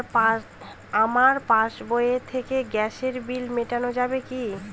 আমার পাসবই থেকে গ্যাসের বিল মেটানো যাবে কি?